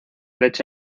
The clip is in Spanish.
leche